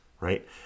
right